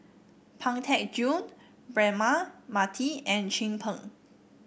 Pang Teck Joon Braema Mathi and Chin Peng